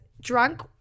drunk